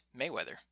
Mayweather